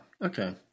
okay